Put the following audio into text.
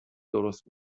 درست